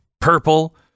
purple